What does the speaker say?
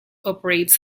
operates